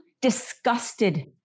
disgusted